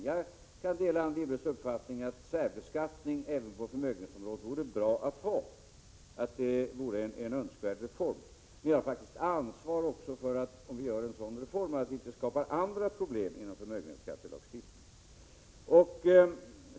Jag kan dela Anne Wibbles uppfattning att det vore önskvärt med särbeskattning även på förmögenhetsområdet, men jag har faktiskt ansvar också för att vi, om vi gör en sådan reform, inte skapar andra problem inom förmögenhetsskattelagstiftningen.